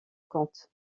comte